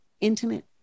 intimate